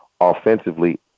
Offensively